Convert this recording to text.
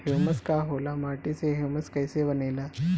Humus का होला माटी मे ह्यूमस कइसे बनेला?